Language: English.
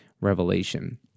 revelation